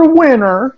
winner